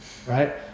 Right